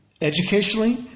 Educationally